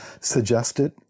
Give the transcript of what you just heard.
suggested